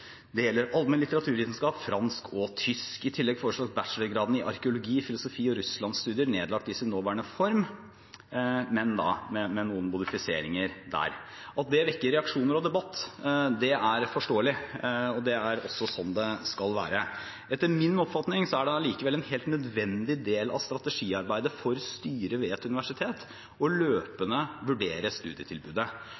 Det gjelder allmenn litteraturvitenskap, fransk og tysk. I tillegg foreslås bachelorgraden i arkeologi, filosofi og russlandsstudier nedlagt i sin nåværende form, men med noen modifiseringer der. At det vekker reaksjoner og debatt, er forståelig, og det er også sånn det skal være. Etter min oppfatning er det allikevel en helt nødvendig del av strategiarbeidet for styret ved et universitet løpende å vurdere studietilbudet. Universitetene og